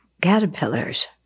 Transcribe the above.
caterpillars